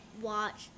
watch